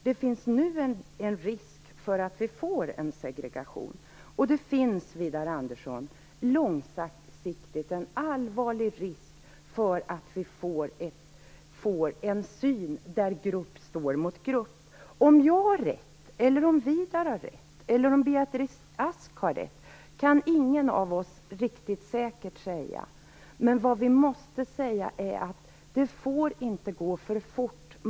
Det finns nu en risk för att vi får en segregation, och det finns, Widar Andersson, långsiktigt en allvarlig risk att vi får en syn där grupp står mot grupp. Om jag har rätt, om Widar Andersson har rätt eller om Beatrice Ask har rätt kan ingen av oss riktigt säkert säga. Men vi måste säga att det inte får gå för fort.